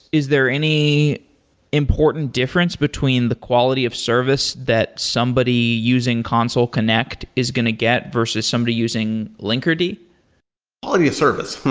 is there any important difference between the quality of service that somebody using console connect is going to get, versus somebody using linkerd? quality of service.